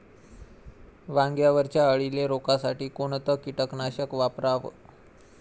वांग्यावरच्या अळीले रोकासाठी कोनतं कीटकनाशक वापराव?